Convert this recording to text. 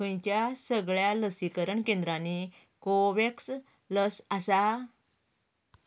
खंयच्या सगळ्या लसीकरण केंद्रांनी कोवोव्हॅक्स लस आसा